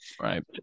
Right